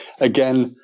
again